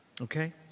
Okay